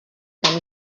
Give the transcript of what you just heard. tam